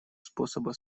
способа